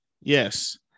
Yes